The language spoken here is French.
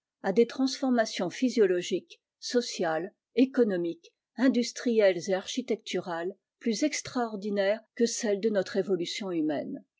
à des transformations physiologiques sociales économiques industrielles et architecturales plus extraordinaires que celles de notre évolution humaine